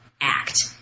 act